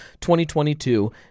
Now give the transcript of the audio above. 2022